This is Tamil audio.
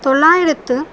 தொள்ளாயிரத்து